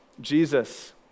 Jesus